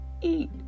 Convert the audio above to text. eat